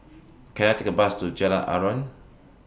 Can I Take A Bus to Jalan Aruan